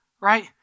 right